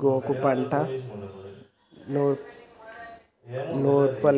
గోగాకు పంట నూర్పులింకెన్నాళ్ళు